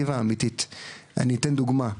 אני אתן דוגמה,